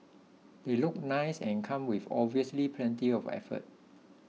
they look nice and come with obviously plenty of effort